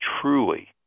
truly